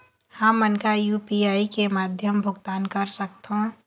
हमन का यू.पी.आई के माध्यम भुगतान कर सकथों?